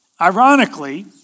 Ironically